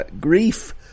grief